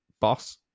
boss